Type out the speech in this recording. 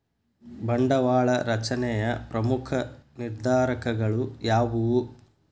ಬಂಡವಾಳ ರಚನೆಯ ಪ್ರಮುಖ ನಿರ್ಧಾರಕಗಳು ಯಾವುವು